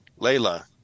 Layla